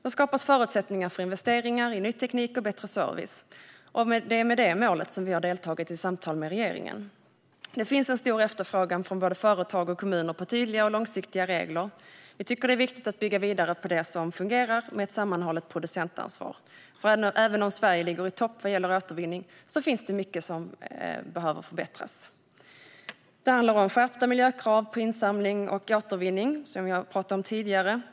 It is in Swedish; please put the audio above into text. Då skapas förutsättningar för investeringar, ny teknik och bättre service. Det är med det målet som vi har deltagit i samtal med regeringen. Det finns en stor efterfrågan från både företag och kommuner på tydliga och långsiktiga regler. Vi tycker att det är viktigt att bygga vidare på det som fungerar med ett sammanhållet producentansvar. Även om Sverige ligger i topp vad gäller återvinning finns mycket som behöver förbättras. Det handlar om skärpta miljökrav på insamling och återvinning, som vi har talat om tidigare.